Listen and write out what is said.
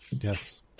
Yes